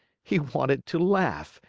he wanted to laugh,